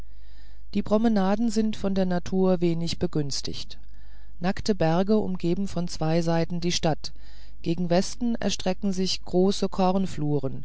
die promenaden sind von der natur wenig begünstigt nackte berge umgeben von zwei seiten die stadt gegen westen erstrecken sich große